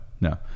no